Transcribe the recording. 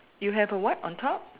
you have a what on top